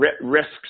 risks